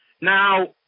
Now